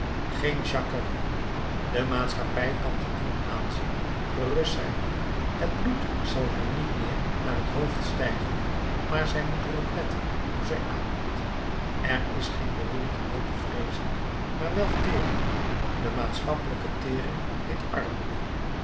geen jacquerie de maatschappij kan te dien aanzien gerust zijn het bloed zal haar niet meer naar het hoofd stijgen maar zij moet er op letten hoe zij ademt er is geen beroerte meer te vreezen maar wel tering de maatschappelijke tering heet armoede